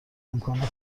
امکانات